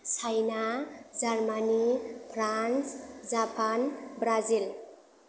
China Germany France Japan Brazil